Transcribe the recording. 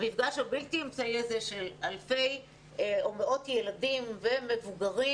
זה מפגש בלתי אמצעי של אלפי או מאות ילדים ומבוגרים.